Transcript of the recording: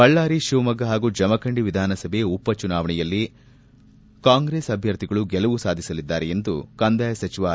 ಬಳ್ಳಾರಿ ಶಿವಮೊಗ್ಗ ಹಾಗೂ ಜಮಖಂಡಿ ವಿಧಾನಸಭೆ ಉಪ ಚುನಾವಣೆಯಲ್ಲಿ ಉಪಚುನಾವಣೆಯಲ್ಲಿ ಕಾಂಗ್ರೆಸ್ ಅಭ್ಞರ್ಥಿಗಳು ಗೆಲುವು ಸಾಧಿಸಲಿದ್ದಾರೆ ಎಂದು ಕಂದಾಯ ಸಚಿವ ಆರ್